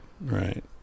right